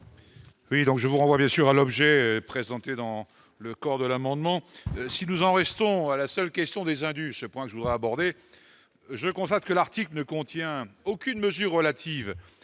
Oui, donc je vous renvoie bien sûr à l'objet présenté dans le corps de l'amendement, si nous en restons à la seule question des indus ce point que je voudrais aborder, je constate que l'article ne contient aucune mesure relative